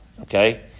Okay